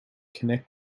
connect